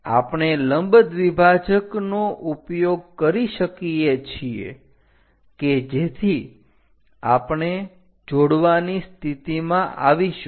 આપણે લંબદ્વિભાજક નો ઉપયોગ કરી શકીએ છીએ કે જેથી આપણે જોડવાની સ્થિતિમાં આવીશું